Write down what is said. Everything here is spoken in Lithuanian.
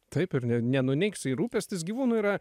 taip ir ne nenuneigs ir rūpestis gyvūnų yra